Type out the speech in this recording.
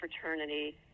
fraternity